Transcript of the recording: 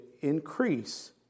increase